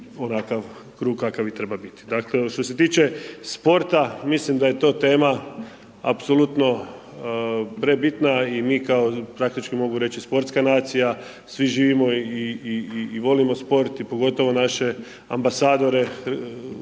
onakav krug kakav i treba biti. Dakle, što se tiče sporta, mislim da je to tema apsolutno prebitna, i mi kao praktički mogu reći sportska nacija, svi živimo i volimo sport i pogotovo naše ambasadore